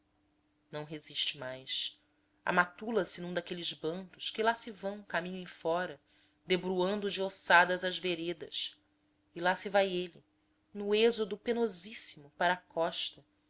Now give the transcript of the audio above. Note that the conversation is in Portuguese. não resiste mais amatula se num daqueles bandos que lá se vão caminho em fora debruando de ossadas as veredas e lá se vai ele no êxodo penosíssimo para a costa